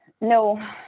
No